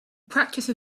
practice